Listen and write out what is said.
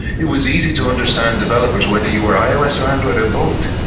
it was easy to understand developers, whether you were ios or android or both,